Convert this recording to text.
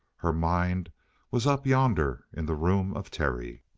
her mind was up yonder in the room of terry.